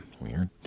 Weird